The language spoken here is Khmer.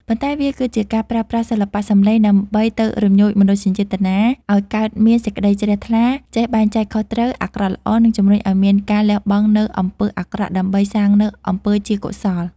ប៉ុន្តែវាគឺជាការប្រើប្រាស់សិល្បៈសម្លេងដើម្បីទៅរំញោចមនោសញ្ចេតនាឱ្យកើតមានសេចក្តីជ្រះថ្លា ចេះបែងចែកខុសត្រូវ អាក្រក់ល្អ និងជំរុញឱ្យមានការលះបង់នូវអំពើអាក្រក់ដើម្បីសាងនូវអំពើជាកុសល។